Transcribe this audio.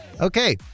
Okay